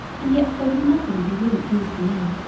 and yet there was nothing he wouldn't do for me.